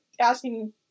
asking